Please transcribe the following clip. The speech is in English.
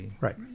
Right